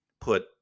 put